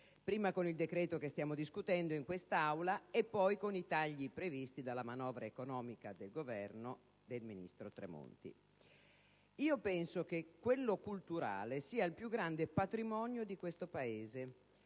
prima con il decreto che stiamo discutendo in quest'Aula e poi con i tagli previsti dalla manovra economica del Governo del ministro Tremonti. Io penso che quello culturale sia il più grande patrimonio di questo Paese: